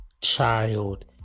child